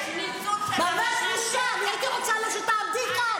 אני לא מתביישת.